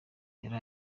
yari